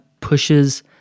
pushes